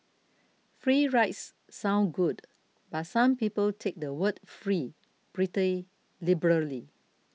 free rides sound good but some people take the word free pretty liberally